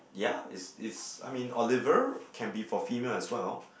ya is is I mean Oliver can be for female as well